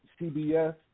CBS